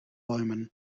bäumen